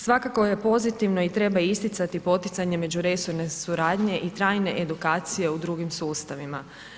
Svakako je pozitivno i treba isticati poticanje međuresorne suradnje i trajne edukacije u drugim sustavima.